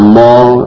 more